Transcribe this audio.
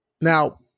Now